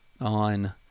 on